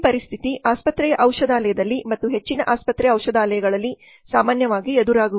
ಈ ಪರಿಸ್ಥಿತಿ ಆಸ್ಪತ್ರೆಯ ಔಷಧಾಲಯದಲ್ಲಿ ಮತ್ತು ಹೆಚ್ಚಿನ ಆಸ್ಪತ್ರೆ ಔಷಧಾಲಯಗಳಲ್ಲಿ ಸಾಮಾನ್ಯವಾಗಿ ಎದುರಾಗುವುದು